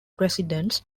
residents